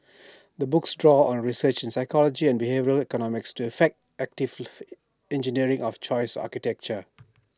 the books draws on research in psychology and behavioural economics to effect active engineering of choice architecture